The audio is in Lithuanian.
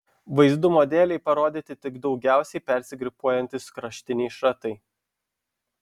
vaizdumo dėlei parodyti tik daugiausiai persigrupuojantys kraštiniai šratai